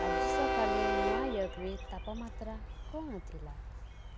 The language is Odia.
ଆଜି ସକାଲେ ନ୍ୟୁୟର୍କରେ ତାପମାତ୍ରା କ'ଣ ଥିଲା